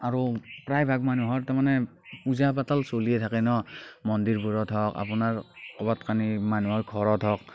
আৰু প্ৰায় ভাগ মানুহৰ তাৰ মানে পূজা পাতল চলিয়ে থাকে ন মন্দিৰবোৰত হওক আপোনাৰ কৰবাত কানি মানুহৰ ঘৰত হওক